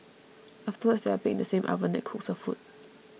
afterwards they are baked in the same oven that cooks her food